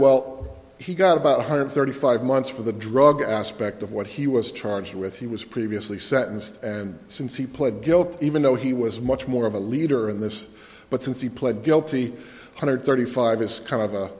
well he got about one hundred thirty five months for the drug aspect of what he was charged with he was previously sentenced and since he pled guilty even though he was much more of a leader in this but since he pled guilty hundred thirty five it's kind of a